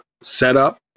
setup